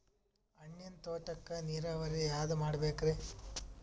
ಹಣ್ಣಿನ್ ತೋಟಕ್ಕ ನೀರಾವರಿ ಯಾದ ಮಾಡಬೇಕ್ರಿ?